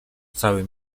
cały